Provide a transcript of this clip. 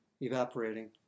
evaporating